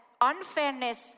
unfairness